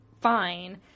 fine